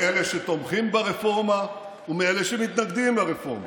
מאלה שתומכים ברפורמה ומאלה שמתנגדים לרפורמה,